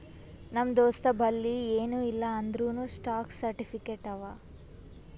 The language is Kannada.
ನಮ್ ದೋಸ್ತಬಲ್ಲಿ ಎನ್ ಇಲ್ಲ ಅಂದೂರ್ನೂ ಸ್ಟಾಕ್ ಸರ್ಟಿಫಿಕೇಟ್ ಅವಾ